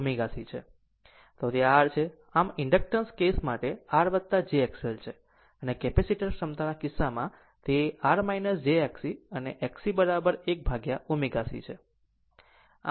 આમ તે R છે આ આમ ઇન્ડક્ટન્સ કેસ માટે તે R j XL છે અને કેપેસિટર ક્ષમતાના કિસ્સામાં તે R j Xc અને Xc 1 upon ω c છે